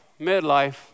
midlife